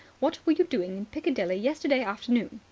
what were you doing in piccadilly yesterday afternoon?